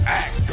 act